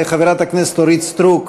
וגם חברת הכנסת אורית סטרוק,